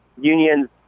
unions